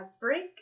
break